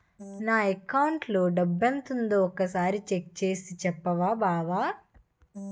నా అకౌంటులో డబ్బెంతుందో ఒక సారి చెక్ చేసి చెప్పవా బావా